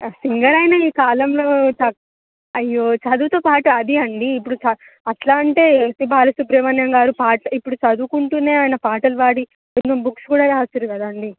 singer అయిన ఈ కాలంలో తక్ అయ్యో చదువుతో పాటు అది అండి ఇప్పుడు అట్లా అంటే ఎస్పీ బాలసుబ్రమణ్యం గారు పాట్ ఇప్పుడు చదువుకుంటూ ఆయన పాటలు పాడి ఎన్నో బుక్స్ కూడా రాసినారు కదా అండి